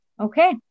Okay